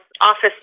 office